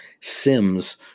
Sims